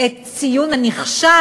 את הציון נכשל